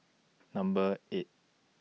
Number eight